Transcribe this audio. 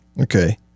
Okay